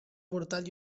portal